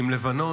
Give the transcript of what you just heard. עם לבנון,